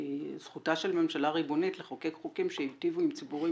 כי זכותה של ממשלה ריבונית לחוקק חוקים שיטיבו עם ציבורים